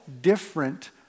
different